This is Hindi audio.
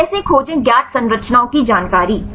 हम कैसे खोजे ज्ञात संरचनाओं की जानकारी